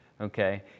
okay